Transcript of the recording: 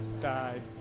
died